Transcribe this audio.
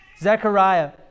Zechariah